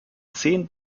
zehn